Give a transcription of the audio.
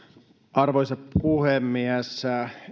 puhemies